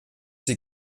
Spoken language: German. die